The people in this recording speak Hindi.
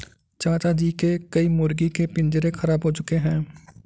चाचा जी के कई मुर्गी के पिंजरे खराब हो चुके हैं